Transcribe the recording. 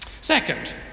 Second